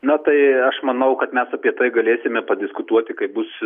na tai aš manau kad mes apie tai galėsime padiskutuoti kaip bus